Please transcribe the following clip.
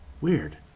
Weird